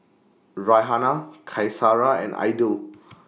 Raihana Qaisara and Aidil